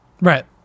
Right